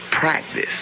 practice